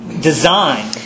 design